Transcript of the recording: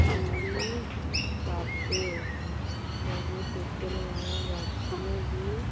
ବୁଲି ପାରନ୍ତେ ସବୁ ଝିଅମାନେ ରାତି ବି